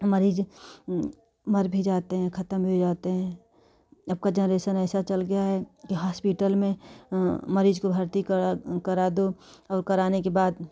मरीज़ मर भी जाते हैं खत्म भी हो जाते हैं अब का जेनरेशन ऐसा चल गया है कि हॉस्पिटल में मरीज़ को भर्ती करा करा दो और कराने के बाद